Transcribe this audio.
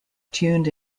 tuned